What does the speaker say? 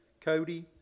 Cody